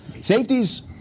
safeties